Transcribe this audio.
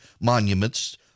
monuments